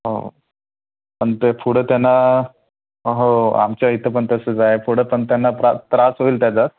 हो पण ते पुढे त्यांना हो आमच्या इथं पण तसंच आहे पुढे पण त्यांना प्रा त्रास होईल त्याचा